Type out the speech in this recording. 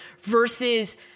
versus